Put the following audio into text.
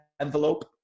envelope